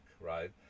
right